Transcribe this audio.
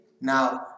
Now